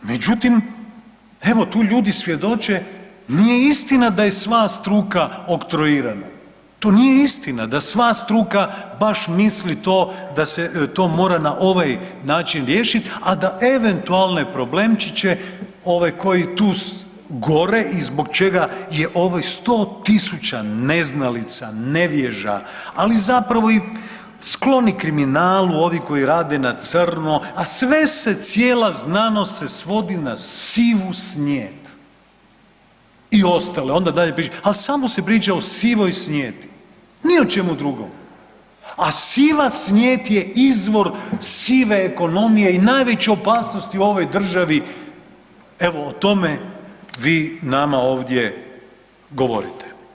Međutim, evo tu ljudi svjedoče nije istina da je sva struka oktroirana, to nije istina da sva struka baš misli to da se to mora na ovaj način riješit, a da eventualne problemčiće ovaj koji tu gore i zbog čega je ovih 100.000 neznalica, nevježa, ali zapravo i skloni kriminalu ovi koji rade na crno, a sve se, cijela znanost se svodi na sivu snijet i ostale, onda dalje… [[Govornik se ne razumije]] al samo se priča o sivoj snijeti, ni o čemu drugom, a siva snijet je izvor sive ekonomije i najveća opasnost u ovoj državi, evo o tome vi nama ovdje govorite.